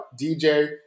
DJ